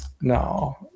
No